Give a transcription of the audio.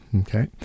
Okay